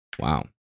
Wow